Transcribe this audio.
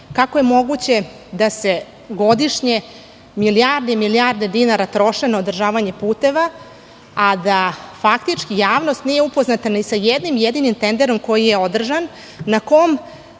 kako je moguće da se godišnje milijarde i milijarde dinara troše na održavanje puteva, a da faktički javnost nije upoznata ni sa jednim, jedinim tenderom koji je održan,